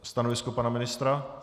Stanovisko pana ministra?